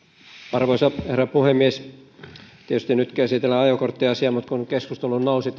arvoisa herra puhemies tietysti nyt käsitellään ajokorttiasiaa mutta kun keskusteluun nousi